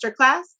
Masterclass